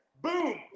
Boom